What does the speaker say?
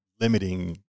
limiting